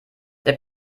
der